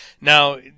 Now